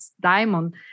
diamond